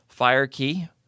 Firekey